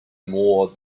more